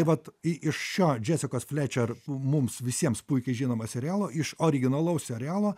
tai vat i iš šio džesikos flečer mums visiems puikiai žinomo serialo iš originalaus serialo